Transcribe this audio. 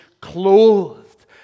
clothed